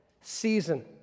season